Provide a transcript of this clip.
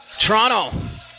Toronto